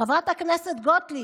חברת הכנסת גוטליב,